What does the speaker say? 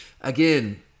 Again